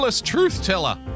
truth-teller